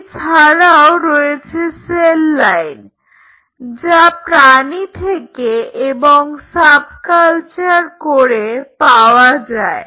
এছাড়াও রয়েছে cell line যা প্রাণী থেকে এবং সাব কালচার করে পাওয়া যায়